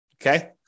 Okay